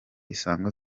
isango